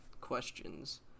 questions